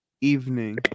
Evening